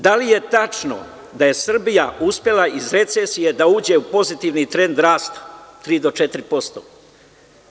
Da li je tačno da je Srbija uspela iz recesije da uđe u pozitivni trend rasta tri do četiri posto?